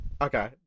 Okay